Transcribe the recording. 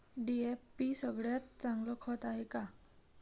DAP सगळ्यात चांगलं खत हाये का?